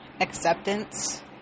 acceptance-